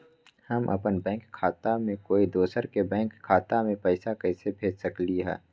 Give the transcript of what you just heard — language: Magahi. हम अपन बैंक खाता से कोई दोसर के बैंक खाता में पैसा कैसे भेज सकली ह?